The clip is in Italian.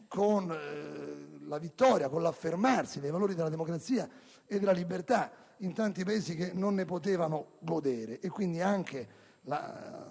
con la vittoria e l'affermarsi dei valori della democrazia e della libertà in tanti Paesi che non ne potevano godere. Anche la